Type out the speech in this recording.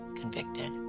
convicted